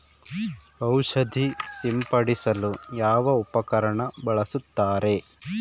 ಔಷಧಿ ಸಿಂಪಡಿಸಲು ಯಾವ ಉಪಕರಣ ಬಳಸುತ್ತಾರೆ?